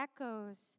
echoes